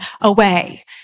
away